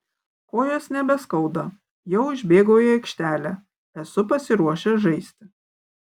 kojos nebeskauda jau išbėgau į aikštelę esu pasiruošęs žaisti